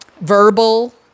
verbal